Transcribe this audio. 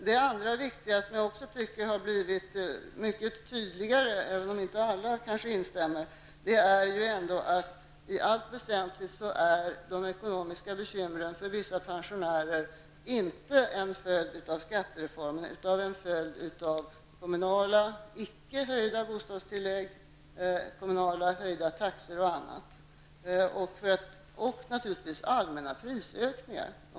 Det är för det andra -- och det tycker jag också har blivit mycket tydligare, även om kanske inte alla instämmer -- att de ekonomiska bekymren för vissa pensionärer inte är en följd av skattereformen utan en följd av kommunala bostadstillägg som icke har höjts, av höjda kommunala taxor m.m. och av allmänna prisökningar.